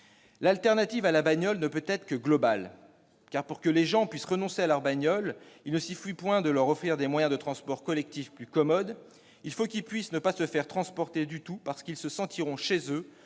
l'alternative à la bagnole ne peut être que globale. Car pour que les gens puissent renoncer à leur bagnole, il ne suffit point de leur offrir des moyens de transports collectifs plus commodes : il faut qu'ils puissent ne pas se faire transporter du tout parce qu'ils se sentiront chez eux